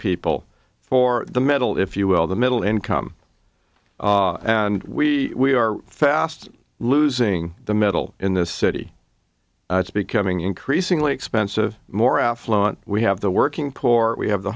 people for the middle if you will the middle income and we are fast losing the middle in this city it's becoming increasingly expensive more affluent we have the working poor we have the